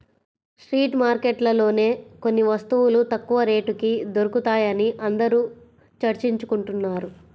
street మార్కెట్లలోనే కొన్ని వస్తువులు తక్కువ రేటుకి దొరుకుతాయని అందరూ చర్చించుకుంటున్నారు